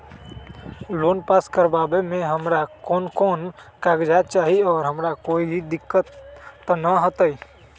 Loan pass करवावे में हमरा कौन कौन कागजात चाही और हमरा कोई दिक्कत त ना होतई?